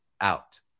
out